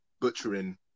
butchering